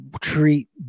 treat